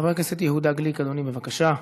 חבר הכנסת יהודה גליק, בבקשה,